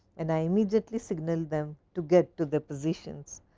and i immediately signalled them to get to their positions.